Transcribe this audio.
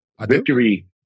Victory